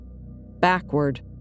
Backward